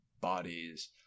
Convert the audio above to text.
bodies